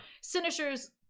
Sinister's